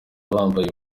bambaye